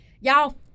Y'all